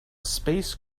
space